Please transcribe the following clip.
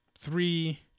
three